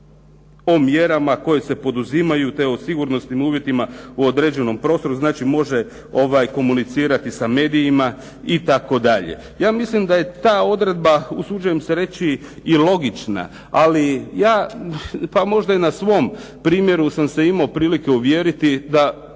o mjerama koje se poduzimaju te o sigurnosnim uvjetima u određenom prostoru, znači može komunicirati sa medijima itd. Ja mislim da je ta odredba, usuđujem se reći i logična, ali ja, pa možda i na svom primjeru sam se imao prilike uvjeriti da